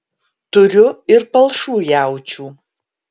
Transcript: turiu ir palšų jaučių